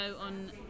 on